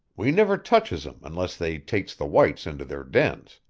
we niver touches em unless they takes the whites into their dens.